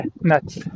nuts